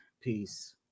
peace